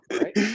right